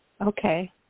Okay